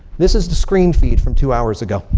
this is the screen feed from two hours ago.